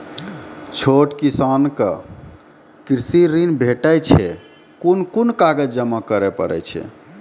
छोट किसानक कृषि ॠण भेटै छै? कून कून कागज जमा करे पड़े छै?